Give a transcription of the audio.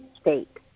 state